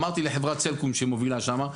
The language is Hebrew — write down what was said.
אמרתי לחברת סלקום שמובילה שם,